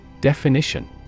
Definition